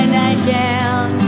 nightgown